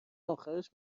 آخرش